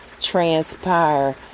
transpire